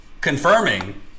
confirming